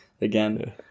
again